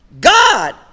God